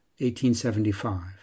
1875